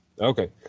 Okay